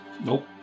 Nope